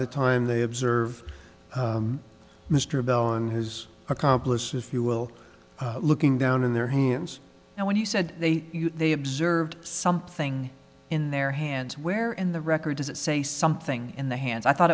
the time they observed mr bell on his accomplice if you will looking down in their hands and when he said they they observed something in their hands where in the record does it say something in the hands i thought